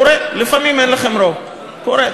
קורה, לפעמים אין לכם רוב, קורה.